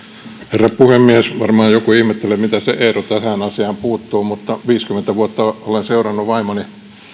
herra puhemies varmaan joku ihmettelee mitä se eero tähän asiaan puuttuu mutta viisikymmentä vuotta olen seurannut vaimoni